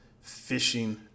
fishing